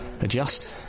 adjust